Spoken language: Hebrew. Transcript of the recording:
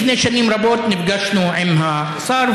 לפני שנים רבות נפגשנו עם השר,